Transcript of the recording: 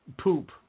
poop